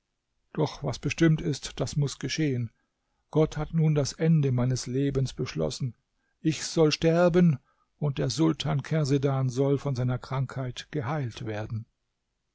doch was bestimmt ist das muß geschehen gott hat nun das ende meines lebens beschlossen ich soll sterben und der sultan kersedan soll von seiner krankheit geheilt werden